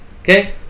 okay